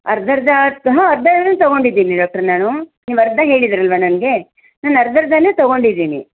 ಅರ್ಧರ್ಧ ಹಾಂ ಅರ್ಧರ್ಧನೆ ತಗೊಂಡಿದ್ದೀನಿ ಡಾಕ್ಟರ್ ನಾನು ನೀವು ಅರ್ಧ ಹೇಳಿದ್ದಿರಲ್ವ ನನಗೆ ನಾನು ಅರ್ಧರ್ಧನೆ ತಗೊಂಡಿದ್ದೀನಿ